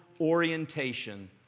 orientation